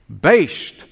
based